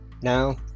Now